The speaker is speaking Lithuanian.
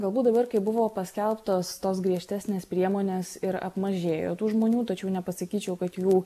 galbūt dabar kai buvo paskelbtos tos griežtesnės priemonės ir apmažėjo tų žmonių tačiau nepasakyčiau kad jų